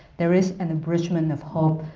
there is an abridgement of hope,